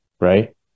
right